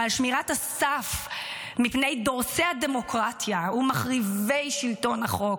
ועל שמירת הסף מפני דורסי הדמוקרטיה ומחריבי שלטון החוק.